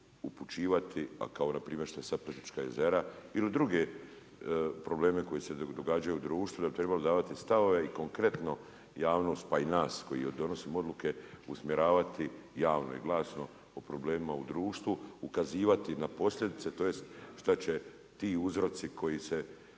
upućivati, a kao npr. što su sad Plitvička jezera ili druge probleme koje se događaju u društvu, da trebali davati stavove i konkretno javnost, pa i nas, koji donosimo odluke, usmjeravati javno i glasno o problemima u društvu, ukazivati na posljedice, tj. šta će ti uzroci koji se